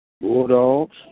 Bulldogs